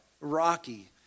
Rocky